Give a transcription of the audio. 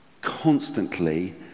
constantly